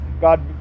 god